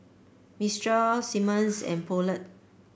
Mistral Simmons and Poulet